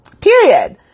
period